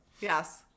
yes